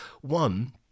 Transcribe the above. One